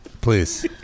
please